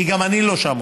כי גם אני עוד לא שם.